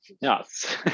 Yes